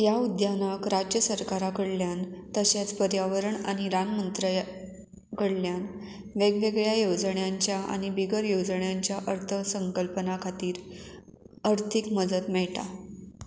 ह्या उद्यानक राज्य सरकारा कडल्यान तशेंच पर्यावरण आनी रान मंत्र्या कडल्यान वेगवेगळ्या येवजणांच्या आनी बिगर येवजणांच्या अर्थ संकल्पना खातीर अर्थीक मदत मेळटा